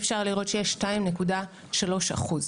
אפשר לראות שיש 2.3 אחוזים.